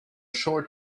short